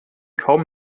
kaum